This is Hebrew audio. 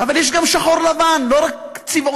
אבל יש גם שחור-לבן, לא רק צבעוני.